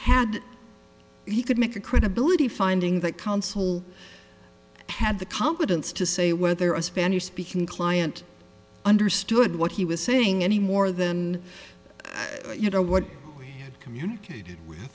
had he could make a credibility finding that console had the confidence to say whether a spanish speaking client understood what he was saying any more than you know what we communicated